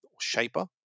shaper